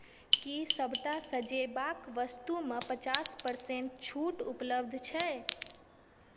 की सभटा सजयबाक वस्तुमे पचास परसेन्ट छूट उपलब्ध छै